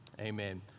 Amen